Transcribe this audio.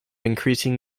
increasing